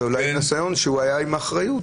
זה אולי ניסיון שהוא היה עם אחריות.